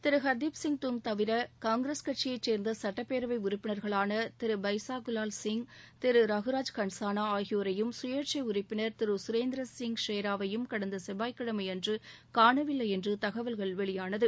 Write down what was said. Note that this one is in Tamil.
திரு ஹர்தீப் சிங் தங் தவிர காங்கிரஸ் கட்சியைச் சேர்ந்த சுட்டப்பேரவை உறுப்பினர்களான திரு பைசாகுலால் சிங் திரு ரகுராஜ் கன்சாளா ஆகியோரையும் கயேட்சை உறப்பினர் திரு கரேந்திர சிங் சேராவையும் கடந்த செவ்வாய்க்கிழமை அன்று காணவில்லை என்று தகவல் வெளியானது